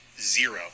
zero